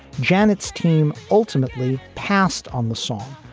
janet's team ultimately passed on the song,